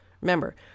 Remember